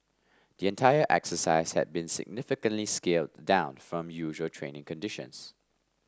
the entire exercise had been significantly scaled down from usual training conditions